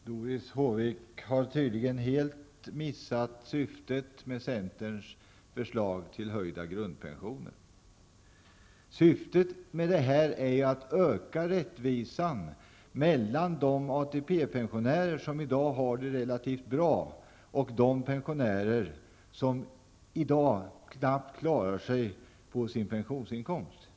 Herr talman! Doris Håvik har tydligen helt missat syftet med centerns förslag till höjda grundpensioner. Syftet är att öka rättvisan mellan de ATP-pensionärer som i dag har det relativt bra och de pensionärer som i dag knappt klarar sig på sin pensionsinkomst.